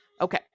Okay